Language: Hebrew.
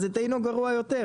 זה בקשה מיוחדת לפי החוק הזה,